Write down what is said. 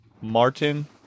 Martin